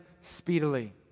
speedily